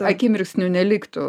akimirksniu neliktų